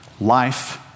life